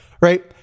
Right